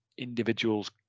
individuals